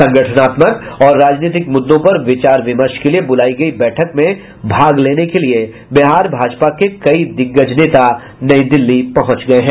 संगठनात्मक और राजनीतिक मुद्दों पर विचार विमर्श के लिये बुलायी गयी बैठक में भाग लेने के लिये बिहार भाजपा के कई दिग्गज नेता नई दिल्ली पहुंच गये हैं